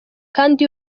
kandi